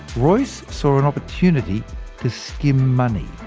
royce saw an opportunity to skim money.